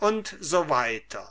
u s w